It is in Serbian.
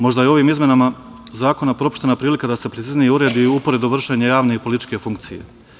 Možda je u ovim izmenama zakona propuštena prilika da se preciznije uredi uporedo vršenje javne i političke funkcije.